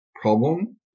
problem